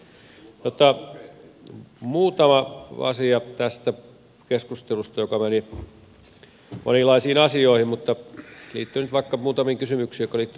muutama asia tästä keskustelusta joka meni monenlaisiin asioihin liittyen nyt muutamiin kysymyksiin jotka liittyivät logistiikkaan ja muihin